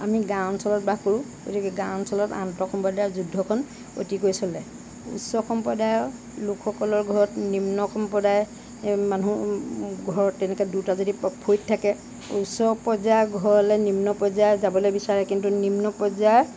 আমি গাঁও অঞ্চলত বাস কৰোঁ গতিকে গাঁও অঞ্চলত আন্তঃসম্প্ৰদায়ৰ যুদ্ধখন অতিকৈ চলে উচ্চ সম্প্ৰদায়ৰ লোকসকলৰ ঘৰত নিম্ন সম্প্ৰদায়ে মানুহ ঘৰত তেনেকৈ দুটা যদি ফৈদ থাকে উচ্চ পৰ্যায়ৰ ঘৰলৈ নিম্ন পৰ্যায়ে যাবলৈ বিচাৰে কিন্তু নিম্ন পৰ্যায়ৰ